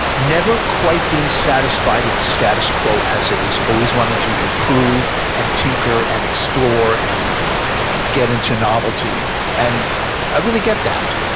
never quite being satisfied with the status quo as it is always wanting to improve and tinker and explore and get into novelty, and i really get that.